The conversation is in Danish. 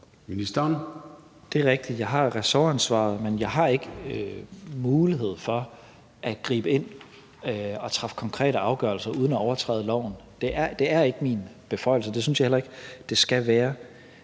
Det er rigtigt. Jeg har ressortansvaret, men jeg har ikke mulighed for at gribe ind og træffe konkrete afgørelser uden at overtræde loven. Det er ikke min beføjelse. Det synes jeg heller ikke det skal være.